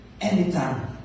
anytime